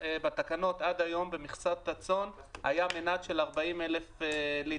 בתקנות עד היום במכסת הצאן הייתה מנה של 40,000 ליטר.